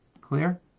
clear